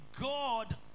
God